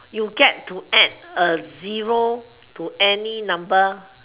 you get to add a zero to any number